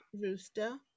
rooster